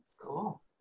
cool